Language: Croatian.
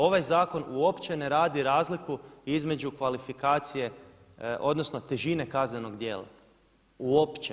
Ovaj zakon uopće ne radi razliku između kvalifikacije odnosno težine kaznenog djela, uopće.